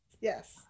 Yes